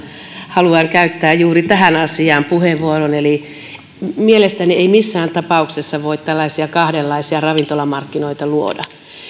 haluan käyttää juuri tähän asiaan puheenvuoron mielestäni ei missään tapauksessa voi tällaisia kahdenlaisia ravintolamarkkinoita luoda